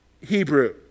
Hebrew